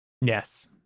Yes